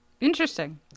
Interesting